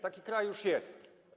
Taki kraj już jest.